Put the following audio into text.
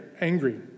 angry